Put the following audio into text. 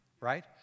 right